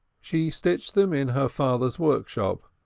she stitched them in her father's workshop,